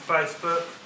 Facebook